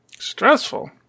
Stressful